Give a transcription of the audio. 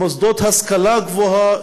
מוסדות להשכלה גבוהה,